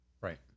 right